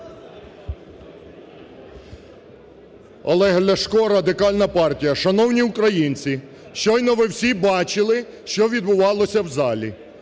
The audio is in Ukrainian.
Олег Ляшко, Радикальна партія. Шановні українці, щойно ви всі бачили, що відбувалося в залі.